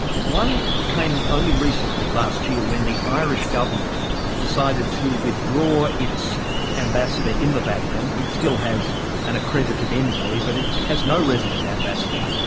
one came only recently, last year, when the irish government decided to withdraw its ambassador in the vatican. it still has an accredited envoy, but it has no resident ambassador.